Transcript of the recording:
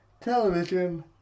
television